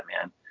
man